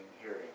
hearing